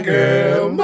Girl